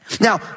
Now